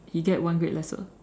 he get one grade lesser